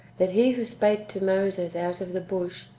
that he who spake to moses out of the bush,